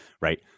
right